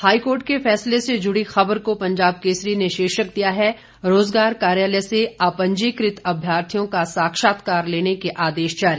high court के फैसले से जुड़ी खबर को पंजाब केसरी ने शीर्षक दिया है रोजगार कार्यालय से अपंजीकृत अभ्यार्थियों का साक्षात्कार लेने के आदेश जारी